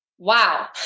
Wow